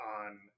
on